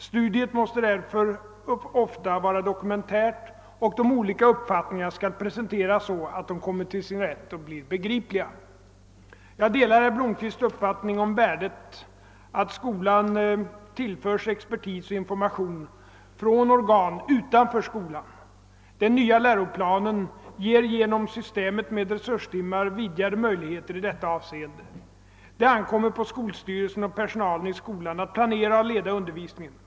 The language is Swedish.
Studiet måste därför ofta vara dokumentärt och de olika uppfattningarna skall presenteras så, att de kommer till sin rätt och blir begripliga.» Jag delar herr Blomkvists uppfattning om värdet av att skolan tillförs expertis och information från organ utanför skolan. Den nya läroplanen ger genom systemet med resurstimmar vidgade möjligheter i detta avseende. Det ankommer på skolstyrelsen och personalen i skolan att planera och leda undervisningen.